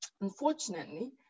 Unfortunately